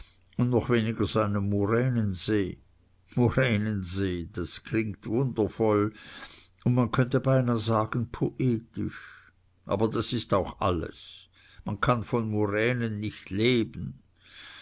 und noch weniger seinem muränensee muränensee das klingt wundervoll und man könnte beinah sagen poetisch aber das ist auch alles man kann von muränen nicht leben